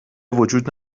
وجود